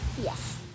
Yes